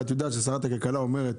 ואת יודעת ששרת הכלכלה אומרת